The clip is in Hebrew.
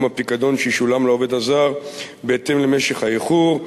הפיקדון שישולם לעובד הזר בהתאם למשך האיחור.